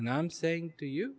and i'm saying to you